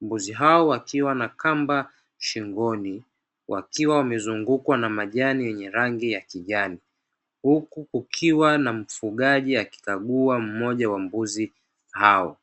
mbuzi hao wakiwa na kamba shingoni wakiwa wamezungukwa na majani yenye rangi ya kijani, huku kukiwa na mfugaji akikagua mmoja wa mbuzi hao.